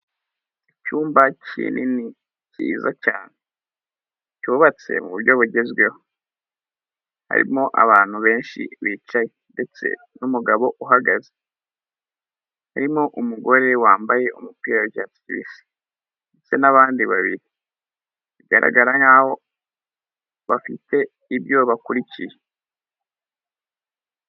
Icyumba kinini cyiza cyubatse mu buryo bugezweho, harimo abantu benshi bicaye ndetse n'umugabo, uhagaze harimo umugore wambaye umupira w'icyatsi kibisi n'abandi babiri bigaragara nkaho bafite ibyo bakurikiye.